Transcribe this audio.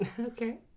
Okay